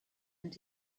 and